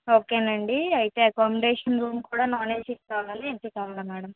okay అండి అయితే accommodation room కూడా నాన్ ఏసీ కావాలా ఏసీ కావాలా మేడం